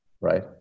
right